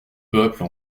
peuple